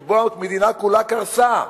שבו המדינה כולה קרסה,